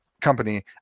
company